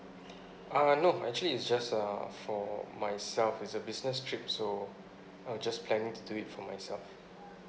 uh no actually it's just uh for myself it's a business trip so I'm just planning to do it for myself